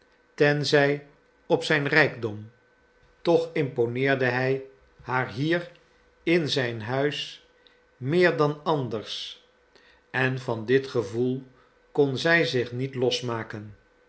tenzij op zijn rijkdom toch imponeerde hij haar hier in zijn huis meer dan anders en van dit gevoel kon zij zich niet losmaken